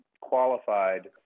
qualified